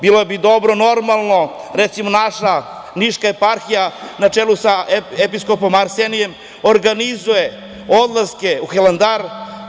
Bilo bi dobro, recimo, naša Niška eparhija, na čelu sa episkopom Arsenijem, organizuje odlaske u Hilandar.